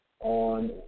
on